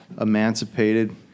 emancipated